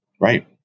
Right